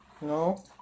No